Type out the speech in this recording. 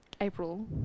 April